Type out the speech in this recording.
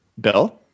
Bill